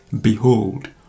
Behold